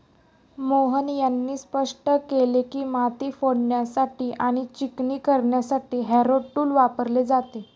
मोहन यांनी स्पष्ट केले की, माती फोडण्यासाठी आणि चिकणी करण्यासाठी हॅरो टूल वापरले जाते